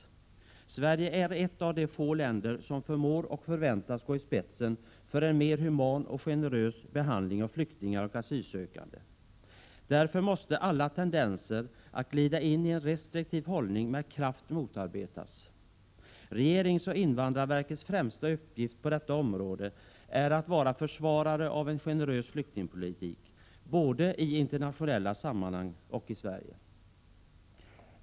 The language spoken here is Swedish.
Sverige är ett av de få länder som förmår och förväntas gå i spetsen för en mer human och generös behandling av flyktingar och asylsökande. Därför måste alla tendenser att glida in i en restriktiv hållning med kraft motarbetas. Regeringens och invandrarverkets främsta uppgift på detta område är att vara försvarare av en generös flyktingpolitik, både i internationella sammanhang och i Sverige.